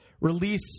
release